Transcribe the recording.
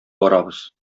барабыз